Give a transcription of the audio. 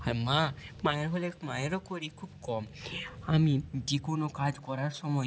আর মা মায়ের হলে মায়েরও করি খুব কম আমি যে কোনো কাজ করার সময়